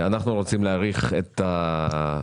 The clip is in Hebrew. אנחנו רוצים להאריך את תוקף